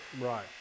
Right